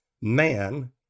man